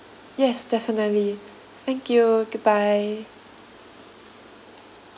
yes definitely thank you goodbye